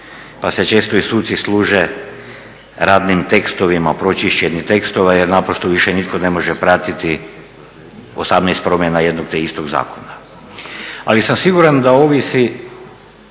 pa se često i suci služe radnim tekstovima, pročišćenim tekstovima jer naprosto više nitko ne može pratiti osamnaest promjena jednog te istog zakona. Ali sam siguran da ovisi,